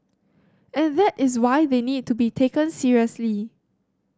and that is why they need to be taken seriously